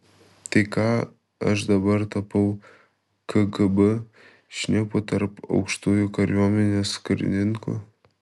tai ką aš dabar tapau kgb šnipu tarp aukštųjų kariuomenės karininkų